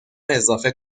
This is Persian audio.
اضافه